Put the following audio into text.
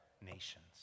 nations